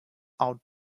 out